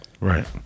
Right